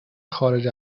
خارج